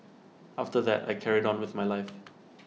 after that I carried on with my life